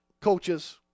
Coaches